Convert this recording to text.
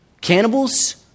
cannibals